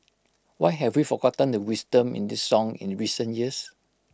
why have we forgotten the wisdom in this song in the recent years